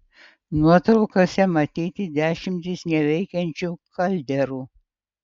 nuotraukose matyti dešimtys neveikiančių kalderų